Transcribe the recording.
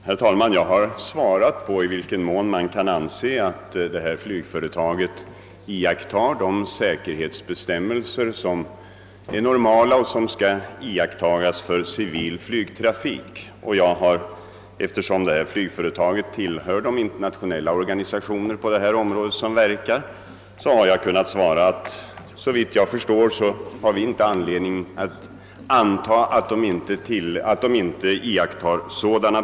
Herr talman! Jag har svarat på i vilken mån man kan anse att ifrågavarande flygföretag iakttar de säkerhetsbestämmelser som normalt skall följas vid civil flygtrafik, och eftersom flygföretaget tillhör de internationella organisationerna på det här området har jag kunnat svara att vi, såvitt jag förstår, inte har anledning att anta att bestämmelserna inte iakttas.